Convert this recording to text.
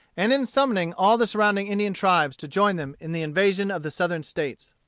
and in summoning all the surrounding indian tribes to join them in the invasion of the southern states.